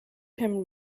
him